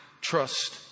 trust